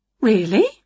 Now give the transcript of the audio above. Really